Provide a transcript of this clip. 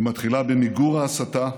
היא מתחילה במיגור ההסתה,